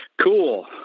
cool